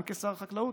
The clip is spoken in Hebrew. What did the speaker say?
גם כשר החקלאות,